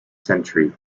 century